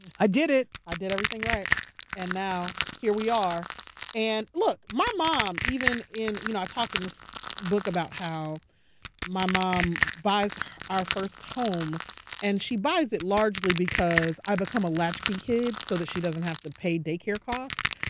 i did it. i did everything right and now here we are and look, my mom even in. you know i talk in this book about how my mom buys our first home and she buys it largely because i become a latchkey kid so that she doesn't have to pay daycare cost.